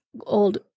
old